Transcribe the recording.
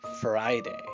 Friday